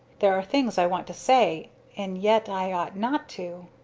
there are things i want to say and yet i ought not to.